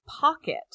pocket